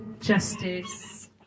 Justice